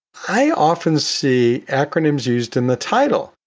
i often see acronyms used in the title.